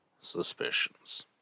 suspicions